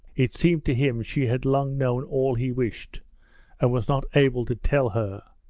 it seemed to him she had long known all he wished and was not able to tell her,